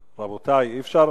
ארדן, אי-אפשר